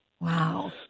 Wow